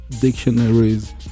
dictionaries